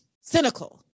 cynical